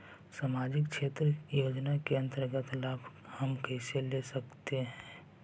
समाजिक क्षेत्र योजना के अंतर्गत लाभ हम कैसे ले सकतें हैं?